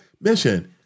mission